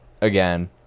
again